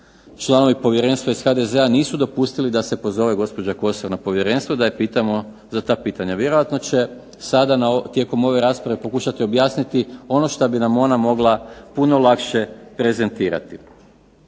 članovi povjerenstva iz HDZ-a nisu dopustili da se pozove gospođa Kosor na povjerenstvo da je pitamo za ta pitanja. Vjerojatno će sada tokom ove rasprave pokušati objasniti ono što bi nam ona mogla puno lakše prezentirati.